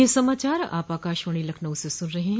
ब्रे क यह समाचार आप आकाशवाणी लखनऊ से सुन रहे हैं